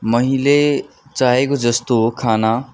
मैले चाहेको जस्तो खाना